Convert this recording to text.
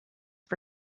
for